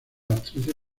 actrices